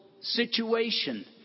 situation